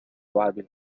اللعب